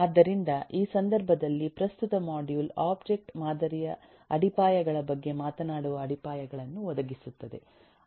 ಆದ್ದರಿಂದ ಈ ಸಂದರ್ಭದಲ್ಲಿ ಪ್ರಸ್ತುತ ಮಾಡ್ಯೂಲ್ ಒಬ್ಜೆಕ್ಟ್ ಮಾದರಿಯ ಅಡಿಪಾಯಗಳ ಬಗ್ಗೆ ಮಾತನಾಡುವ ಅಡಿಪಾಯಗಳನ್ನು ಒದಗಿಸುತ್ತದೆ